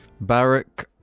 Barrack